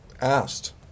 asked